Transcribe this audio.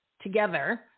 together